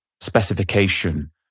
specification